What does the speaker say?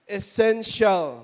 essential